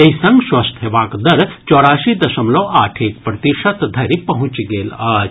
एहि संग स्वस्थ हेबाक दर चौरासी दशमलव आठ एक प्रतिशत धरि पहुंचि गेल अछि